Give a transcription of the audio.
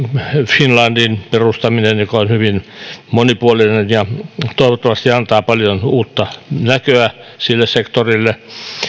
finlandin perustaminen joka on hyvin monipuolinen ja toivottavasti antaa paljon uutta näköä sille sektorille